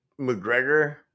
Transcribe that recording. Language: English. mcgregor